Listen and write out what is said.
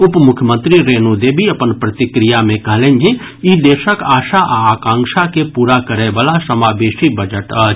उप मुख्यमंत्री रेणु देवी अपन प्रतिक्रिया मे कहलनि जे ई देशक आशा आ आकांक्षा के पूरा करय वला समावेशी बजट अछि